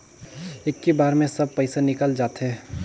इक्की बार मे सब पइसा निकल जाते?